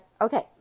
Okay